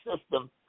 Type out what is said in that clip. system